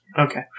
Okay